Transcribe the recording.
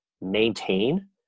maintain